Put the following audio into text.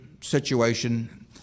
situation